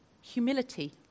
humility